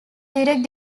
direct